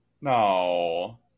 no